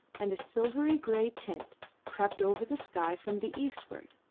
and a silvery-grey tint crept over the sky from the eastward.